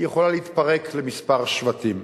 היא יכולה להתפרק לכמה שבטים.